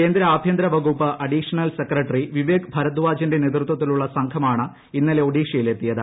കേന്ദ്ര ആഭ്യന്തര വകുപ്പ് അഡീഷണൽ സെക്രട്ടറി വിവേക് ഭരദാജിന്റെ നേതൃത്വത്തിലുളള സംഘമാണ് ഇന്നലെ ഒഡിഷയിൽ എത്തിയത്